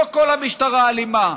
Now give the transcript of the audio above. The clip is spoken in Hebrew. לא כל המשטרה אלימה.